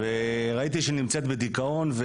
וראיתי שהיא נמצאת בדיכאון.